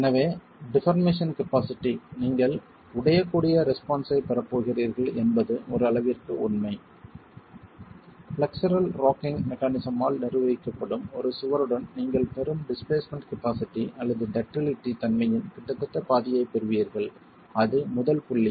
எனவே deformation capacity நீங்கள் உடையக்கூடிய ரெஸ்பான்ஸ் ஐப் பெறப் போகிறீர்கள் என்பது ஒரு அளவிற்கு உண்மை ஃப்ளெக்சுரல் ராக்கிங் மெக்கானிஸம் ஆல் நிர்வகிக்கப்படும் ஒரு சுவருடன் நீங்கள் பெறும் டிஸ்பிளேஸ்மென்ட் கபாஸிட்டி அல்லது டக்ட்டிலிட்டி தன்மையின் கிட்டத்தட்ட பாதியைப் பெறுவீர்கள் அது முதல் புள்ளி